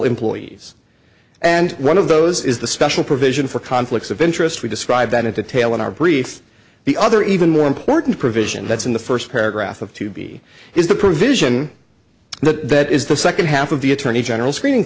employees and one of those is the special provision for conflicts of interest we describe that into tail in our brief the other even more important provision that's in the first paragraph of to be is the provision that is the second half of the attorney general screening